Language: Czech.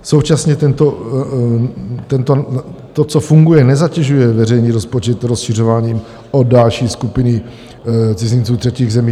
Současně to, co funguje, nezatěžuje veřejný rozpočet rozšiřováním o další skupiny cizinců z třetích zemí.